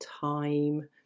time